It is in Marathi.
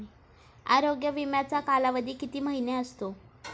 आरोग्य विमाचा कालावधी किती महिने असतो?